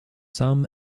some